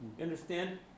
Understand